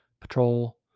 patrol